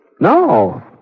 No